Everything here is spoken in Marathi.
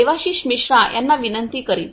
देवाशीष मिश्रा यांना विनंती करीन